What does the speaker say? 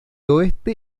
oeste